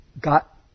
got